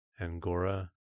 angora